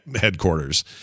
headquarters